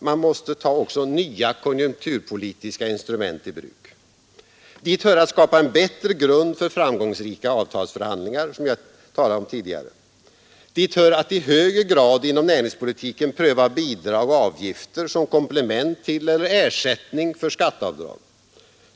Man måste ta också nya konjunkturpolitiska instrument i bruk. Dit hör att skapa en bättre grund för framgångsrika avtalsförhandlingar, som jag talade om tidigare. Dit hör att i högre grad inom näringspolitiken pröva bidrag och avgifter som komplement till eller ersättning för skatteavdrag.